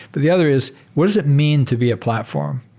but the other is what does it mean to be a platform?